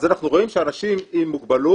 אז אנחנו רואים שאנשים עם מוגבלות,